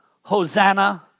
Hosanna